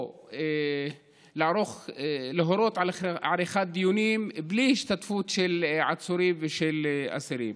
או להורות על עריכת דיונים בלי השתתפות של עצירים ושל אסירים.